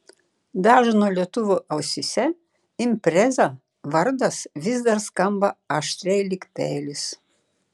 dažno lietuvio ausyse impreza vardas vis dar skamba aštriai lyg peilis